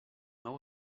meu